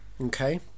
Okay